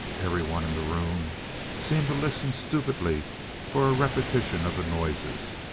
everyone in the room seemed to listen stupidly for a repetition of the noises.